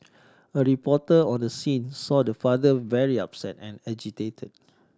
a reporter on the scene saw the father very upset and agitated